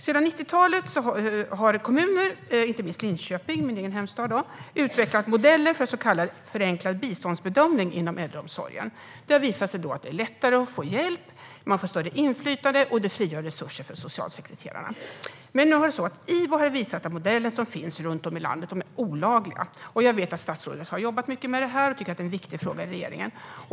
Sedan 90-talet har kommuner, inte minst min egen hemstad Linköping, utvecklat modeller för så kallad förenklad biståndsbedömning inom äldreomsorgen. Det har visat sig att det blir lättare att få hjälp, man får större inflytande och det frigör resurser för socialsekreterarna. Men IVO har visat att modeller som finns runt om i landet är olagliga. Jag vet att statsrådet har jobbat mycket med det här och tycker att det är en viktig fråga i regeringen.